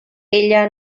ella